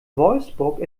wolfsburg